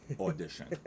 audition